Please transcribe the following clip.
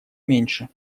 меньше